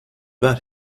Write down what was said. bat